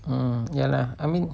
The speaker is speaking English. mm ya lah I mean